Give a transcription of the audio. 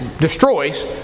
destroys